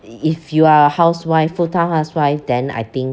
if you are a housewife full time housewife then I think